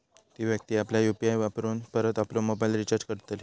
ती व्यक्ती आपल्या यु.पी.आय वापरून परत आपलो मोबाईल रिचार्ज करतली